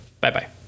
Bye-bye